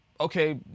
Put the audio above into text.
okay